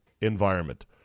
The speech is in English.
environment